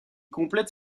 complète